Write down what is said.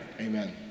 Amen